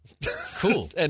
Cool